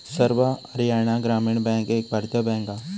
सर्व हरयाणा ग्रामीण बॅन्क एक भारतीय बॅन्क हा